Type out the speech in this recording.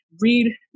read